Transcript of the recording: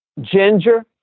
ginger